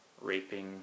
raping